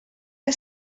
que